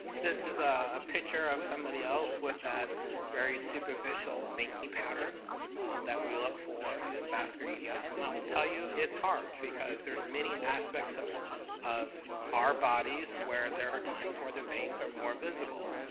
this is a a picture of somebody else with that very superficial veiny pattern that we look for in vascular eds, yeah ah so and i will tell you it's hard, because there's many aspects of of our bodies, where there are times where the veins are more visible,